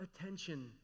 attention